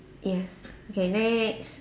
yes okay next